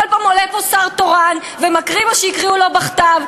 כל פעם עולה פה שר תורן ומקריא מה שנתנו לו בכתב.